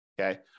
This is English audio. Okay